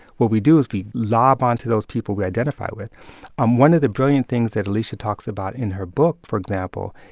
what we do is we lob on to those people we identify with um one of the brilliant things that alisha talks about in her book, for example,